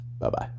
Bye-bye